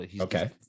Okay